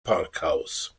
parkhaus